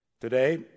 Today